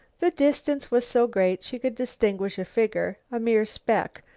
the distance was so great she could distinguish a figure, a mere speck,